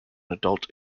adult